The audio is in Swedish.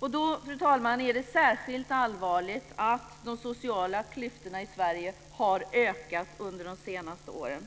Då, fru talman, är det särskilt allvarligt att de sociala klyftorna i Sverige har ökat under de senaste åren.